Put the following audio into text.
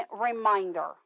reminder